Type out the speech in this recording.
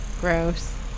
Gross